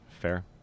Fair